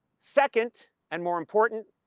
second, and more important,